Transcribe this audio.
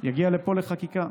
זה יגיע לפה לחקיקה.